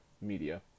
media